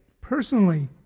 personally